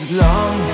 long